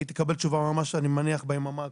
והיא תקבל תשובה אני מניח ביממה הקרובה.